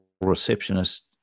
receptionist